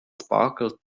sparkled